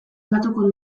aldatuko